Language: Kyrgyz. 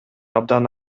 абдан